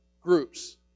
groups